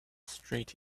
street